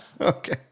Okay